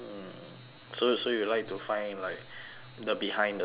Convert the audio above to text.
so so you like to find like the behind the scenes thing